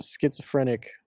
schizophrenic